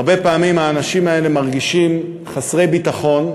הרבה פעמים האנשים האלה מרגישים חסרי ביטחון,